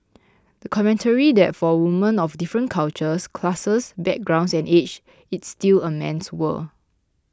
a commentary that for women of different cultures classes backgrounds and age it's still a man's world